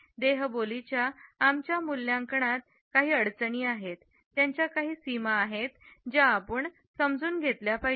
देहबोलीच्या आमच्या मूल्यांकनात काही अडचणी आहेत त्याच्या काही सीमा आहेत ज्या आपण समजून घेतल्या पाहिजे